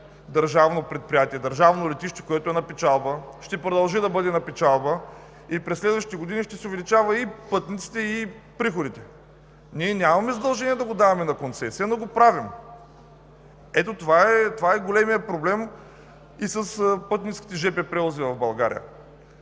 държавно предприятие – държавно летище, което е на печалба, ще продължи да бъде на печалба и през следващите години ще си увеличава и пътниците, и приходите. Ние нямаме задължение да го даваме на концесия, но го правим. Ето това е големият проблем и с пътническите жп превози в България.